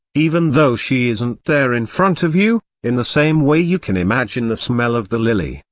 even though she isn't there in front of you in the same way you can imagine the smell of the lily,